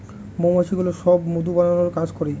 মৌমাছিগুলো সব মধু বানানোর কাজ করে